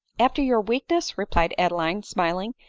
after your weakness, replied adeline, smiling,